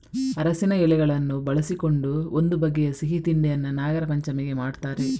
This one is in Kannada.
ಅರಸಿನ ಎಲೆಗಳನ್ನು ಬಳಸಿಕೊಂಡು ಒಂದು ಬಗೆಯ ಸಿಹಿ ತಿಂಡಿಯನ್ನ ನಾಗರಪಂಚಮಿಗೆ ಮಾಡ್ತಾರೆ